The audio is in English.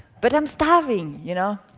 but i'm starving, you know?